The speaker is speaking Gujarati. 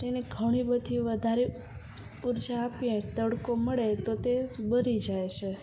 તેને ઘણી બધી વધારે ઊર્જા આપીએ તડકો મળે તો તે બળી જાય છે